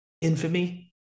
infamy